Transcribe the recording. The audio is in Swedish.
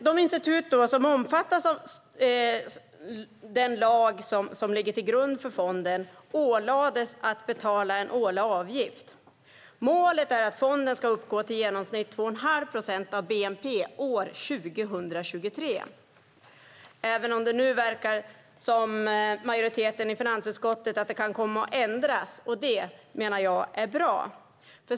De institut som omfattas av den lag som ligger till grund för fonden ålades att betala en årlig avgift. Målet är att fonden ska uppgå till i genomsnitt 2,5 procent av bnp år 2023, även om det nu enligt majoriteten i finansutskottet verkar som att det kan komma att ändras, och det menar jag är bra.